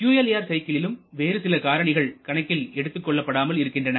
fuel air சைக்கிளிலும் வேறு சில காரணிகள் கணக்கில் எடுத்துக் கொள்ளப்படாமல் இருக்கின்றன